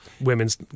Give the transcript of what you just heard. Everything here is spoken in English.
women's